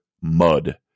mud